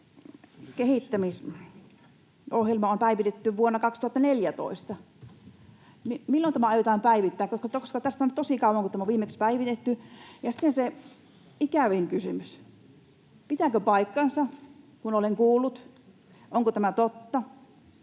kehittämisohjelma on päivitetty vuonna 2014, niin milloin tämä aiotaan päivittää, koska tästä on tosi kauan, kun tämä on viimeksi päivitetty. Ja sitten se ikävin kysymys: Pitääkö paikkansa — kun olen näin kuullut — onko tämä totta,